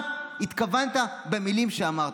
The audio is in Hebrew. למה התכוונת במילים שאמרת?